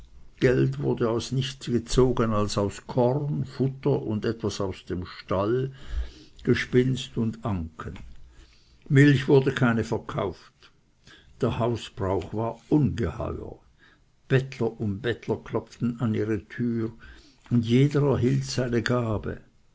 geld wurde aus nichts gezogen als aus korn futter und etwas aus dem stall gespinnst und anken milch wurde keine verkauft der hausbrauch war ungeheuer bettler um bettler klopften an ihre türe und jeder erhielt seine gabe